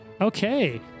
Okay